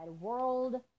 world